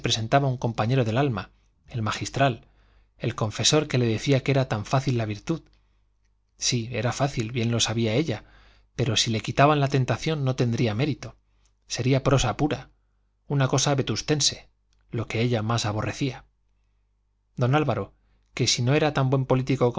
un compañero del alma el magistral el confesor que le decía que era tan fácil la virtud sí era fácil bien lo sabía ella pero si le quitaban la tentación no tendría mérito sería prosa pura una cosa vetustense lo que ella más aborrecía don álvaro que si no era tan buen político